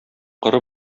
коры